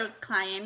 client